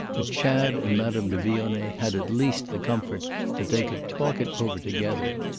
but chad and madame de vionnet had at least the comfort that they could talk it over together.